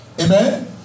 Amen